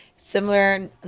similar